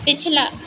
पिछला